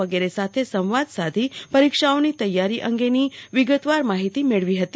વગેરે સાથે સંવાદ સાધી પરીક્ષાઓની તૈયારી અંગેની વિગતવાર માહિતી મેળવી હતી